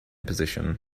position